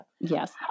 Yes